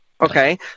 Okay